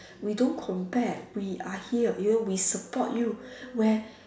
we don't compare we are here you know we support you where